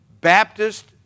Baptist